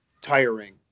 tiring